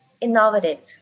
innovative